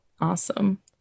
awesome